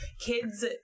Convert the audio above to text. kids